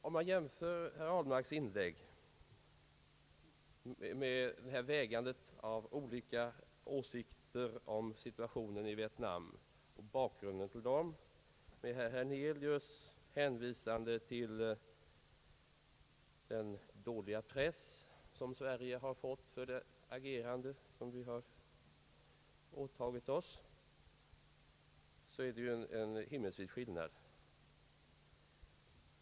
Om man jämför herr Ahlmarks inlägg med detta vägande av olika åsikter om situationen i Vietnam och bakgrunden till dessa med herr Hernelius?” hänvisande till den dåliga press, som Sverige har fått för det agerande som vi har åtagit oss, så finner man en himmelsvid skillnad.